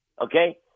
okay